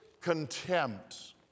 contempt